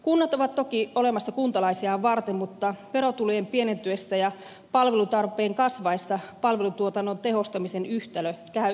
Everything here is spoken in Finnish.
kunnat ovat toki olemassa kuntalaisiaan varten mutta verotulojen pienentyessä ja palvelutarpeen kasvaessa palvelutuotannon tehostamisen yhtälö käy mahdottomaksi